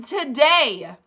today